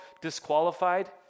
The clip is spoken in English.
disqualified